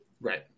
Right